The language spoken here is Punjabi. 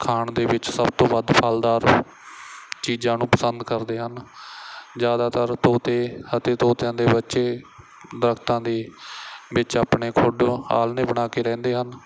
ਖਾਣ ਦੇ ਵਿੱਚ ਸਭ ਤੋਂ ਵੱਧ ਫਲਦਾਰ ਚੀਜ਼ਾਂ ਨੂੰ ਪਸੰਦ ਕਰਦੇ ਹਨ ਜ਼ਿਆਦਾਤਰ ਤੋਤੇ ਅਤੇ ਤੋਤਿਆਂ ਦੇ ਬੱਚੇ ਦਰੱਖਤਾਂ ਦੇ ਵਿੱਚ ਆਪਣੇ ਖੁੱਡੇ ਆਲ੍ਹਣੇ ਬਣਾ ਕੇ ਰਹਿੰਦੇ ਹਨ